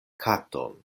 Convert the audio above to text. katon